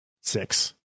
six